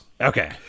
Okay